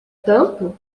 tanto